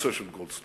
מהנושא של גולדסטון.